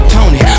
Tony